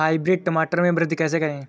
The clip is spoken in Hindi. हाइब्रिड टमाटर में वृद्धि कैसे करें?